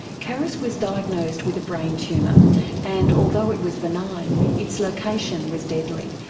caris was diagnosed with a brain tumour and although it was benign its location was deadly,